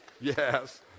yes